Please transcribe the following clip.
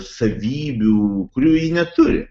savybių kurių ji neturi